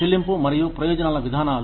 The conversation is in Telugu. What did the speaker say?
చెల్లింపు మరియు ప్రయోజనాల విధానాలు